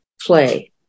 play